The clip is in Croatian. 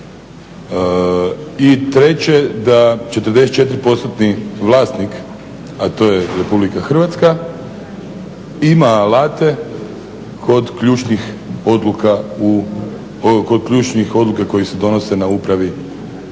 I treće, da 44%-tni vlasnik a to je Republika Hrvatska ima alate kod ključnih odluka koje se donose na upravi i